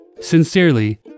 Sincerely